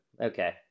Okay